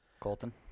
Colton